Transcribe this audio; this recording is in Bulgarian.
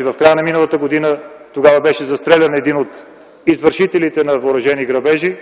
в края на миналата година, когато беше застрелян един от извършителите на въоръжени грабежи.